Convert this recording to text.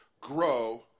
grow